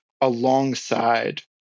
alongside